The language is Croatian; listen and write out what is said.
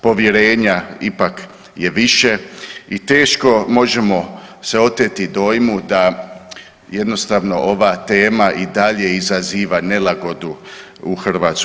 Povjerenja ipak je više i teško možemo se oteti dojmu da jednostavno ova tema i dalje izaziva nelagodu u Hrvatskoj.